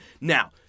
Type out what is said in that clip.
Now